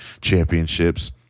championships